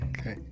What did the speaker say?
Okay